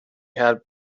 had